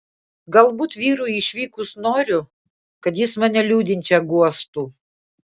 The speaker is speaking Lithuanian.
galbūt vyrui išvykus noriu kad jis mane liūdinčią guostų